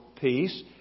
peace